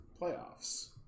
playoffs